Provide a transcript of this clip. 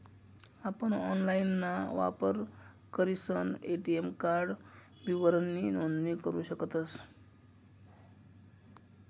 आपण ऑनलाइनना वापर करीसन ए.टी.एम कार्ड विवरणनी नोंदणी करू शकतस